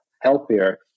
healthier